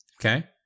Okay